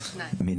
מי